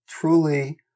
truly